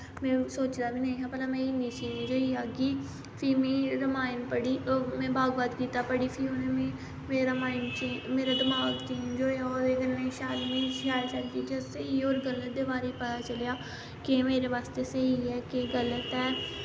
में सोचे दा बी नेईं हा भला में इन्नी चेंज होई जाह्गी फ्ही में रमायन पढ़ी में भागवत गीता पढ़ी फ्ही उनें मिगी मेरा माईंड़ मेरा दमाग चेंज होआ ओह्दे कन्नै शैल मीं शैल शैल चीजां स्हेई होर गल्लें दे बारे च पता चलेआ केह् मेरे बास्तै स्हेई ऐ केह् गल्त ऐ